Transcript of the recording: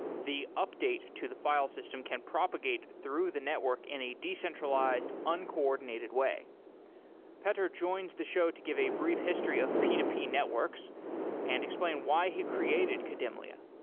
the update to the file system can propagate through the network in a decentralized, uncoordinated way petar joins the show to give a brief history of p to p networks and explain why he created kademlia.